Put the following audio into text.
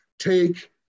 Take